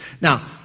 Now